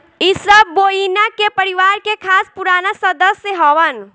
इ सब बोविना के परिवार के खास पुराना सदस्य हवन